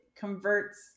converts